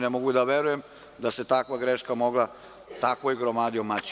Ne mogu da verujem da se takva greška mogla takvoj gromadi omaći.